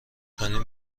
کنیم